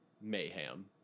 mayhem